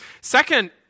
Second